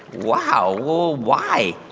wow. well, why?